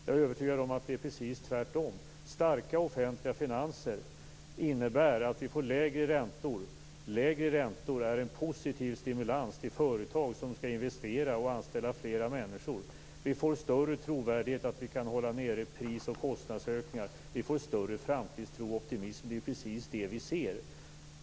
Jag är övertygad om att det är precis tvärtom. Starka offentliga finanser innebär att vi får lägre räntor. Lägre räntor är en positiv stimulans för företag som skall investera och anställa fler människor. Vi får större trovärdighet att hålla ned pris och kostnadsökningar. Vi får större framtidstro och optimism. Det är precis det vi ser.